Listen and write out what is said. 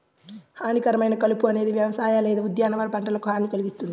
హానికరమైన కలుపు అనేది వ్యవసాయ లేదా ఉద్యానవన పంటలకు హాని కల్గిస్తుంది